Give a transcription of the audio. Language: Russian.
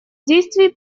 действий